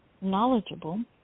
knowledgeable